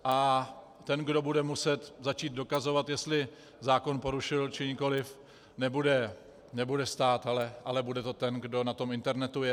A ten, kdo bude muset začít dokazovat, jestli zákon porušil, či nikoli, nebude stát, ale bude to ten, kdo na tom internetu je.